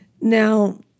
Now